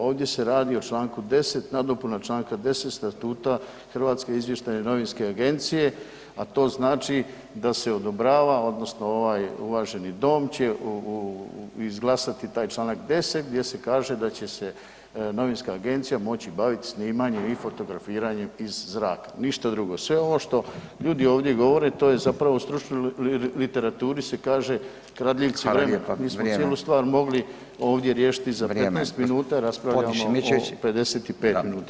Ovdje se radi o Članku 10., nadopuna Članka 10. statuta Hrvatske izvještajne novinske agencije, a to znači da se odobrava odnosno ovaj uvaženi dom će izglasati taj Članak 10. gdje se kaže da će se novinska agencija moći baviti snimanjem i fotografiranjem iz zraka, ništa drugo, sve ovo što ljudi ovdje govore to je zapravo u stručnoj literaturi se kaže kradljivci vremena [[Upadica: Hvala, vrijeme.]] mi smo cijelu stvar mogli ovdje riješiti za 15 minuta, raspravljamo 55 minuta.